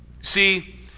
See